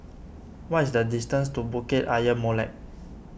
what is the distance to Bukit Ayer Molek